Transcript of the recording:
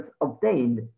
obtained